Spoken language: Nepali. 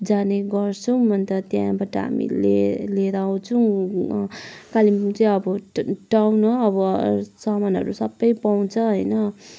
जाने गर्छौँण अन्त त्यहाँबाट हामीले लिएर आउँछौँ कालिम्पोङ चाहिँ अब टाउन हो अब सामानहरू सबै पाउँछ हैन